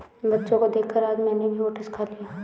बच्चों को देखकर आज मैंने भी ओट्स खा लिया